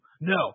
no